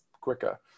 quicker